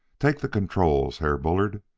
take the controls, herr bullard!